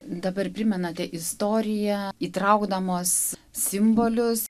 dabar primenate istoriją įtraukdamos simbolius